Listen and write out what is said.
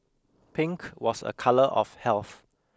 pink was a colour of health